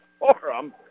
forum